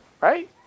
Right